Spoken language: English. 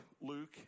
Luke